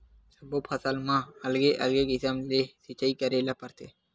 सब्बो फसल म अलगे अलगे किसम ले सिचई करे ल परथे